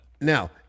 Now